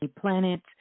planets